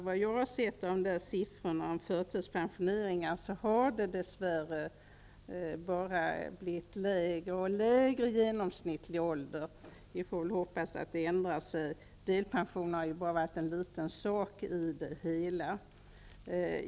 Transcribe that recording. Vad jag har sett av siffrorna om förtidspensionering har den genomsnittliga pensionsåldern dess värre bara blivit lägre och lägre. Vi får väl hoppas att det ändrar sig. Delpensionen har bara varit en liten sak i det hela.